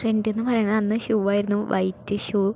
ട്രെൻറ്റെന്ന് പറയുന്നത് അന്ന് ഷൂവായിരുന്നു വൈറ്റ് ഷൂ